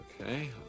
Okay